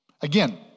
Again